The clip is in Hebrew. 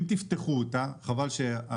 אם תפתחו אותה תראו שצבועים